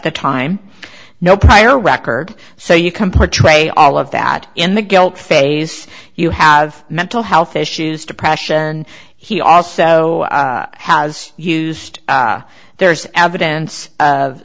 the time no prior record so you compare trade all of that in the guilt phase you have mental health issues depression he also has used there's evidence of